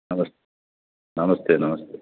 నమస్ నమస్తే నమస్తే